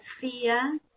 fear